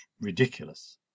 ridiculous